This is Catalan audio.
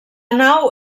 nau